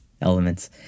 Elements